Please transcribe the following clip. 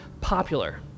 popular